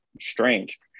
strange